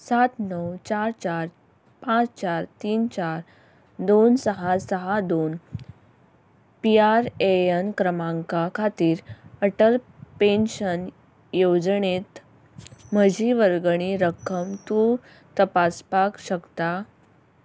सात णव चार चार पांच चार तीन चार दोन सहा सहा दोन पी आर ए यन क्रमांका खातीर अटल पेन्शन येवजणेत म्हजी वर्गणी रक्कम तूं तपासपाक शकता